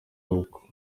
gukwa